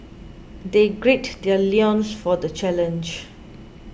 they gird their loins for the challenge